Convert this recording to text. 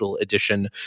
edition